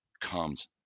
comes